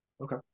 Okay